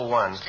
one